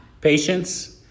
patience